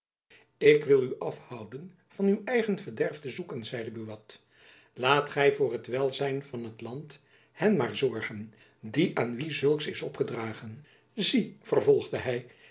ik wil u afhouden van uw eigen verderf te zoeken zeide buat laat gy voor het welzijn van het land hen maar zorgen aan wie zulks is opgedragen zie vervolgde hy